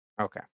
Okay